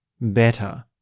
better